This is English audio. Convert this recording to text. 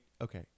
okay